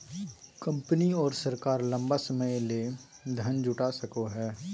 company और सरकार लंबा समय ले धन जुटा सको हइ